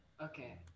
okay